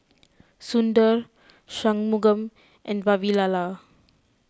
Sundar Shunmugam and Vavilala